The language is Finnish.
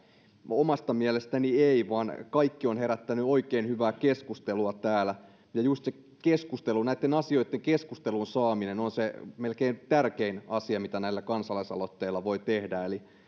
omasta mielestäni ei vaan kaikki ovat herättäneet oikein hyvää keskustelua täällä ja just se keskustelu näitten asioitten keskusteluun saaminen on se melkein tärkein asia mitä näillä kansalaisaloitteilla voi tehdä